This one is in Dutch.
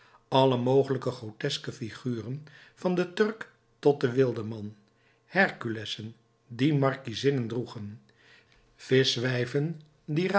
alle mogelijke groteske figuren van den turk tot den wildeman herkulessen die markiezinnen droegen vischwijven